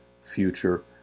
future